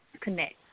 connect